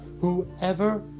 whoever